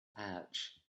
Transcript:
pouch